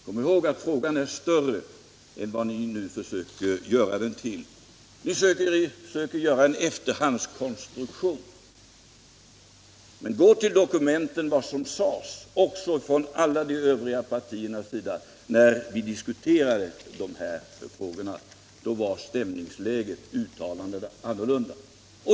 Kom ihåg alltså att frågan är större än vad ni nu försöker göra den till! Ni gör nu en efterhandskonstruktion. Men gå då till handlingar och protokoll och se vad som sades också från alla de övriga partiernas sida när vi diskuterade dessa frågor! Då var stämningsläget och uttalandena annorlunda.